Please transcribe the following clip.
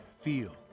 Feel